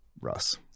russ